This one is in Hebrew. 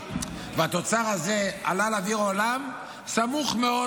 והתוצר הזה יצא לאוויר העולם סמוך מאוד